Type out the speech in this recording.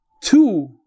two